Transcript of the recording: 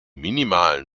minimalen